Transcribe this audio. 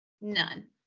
none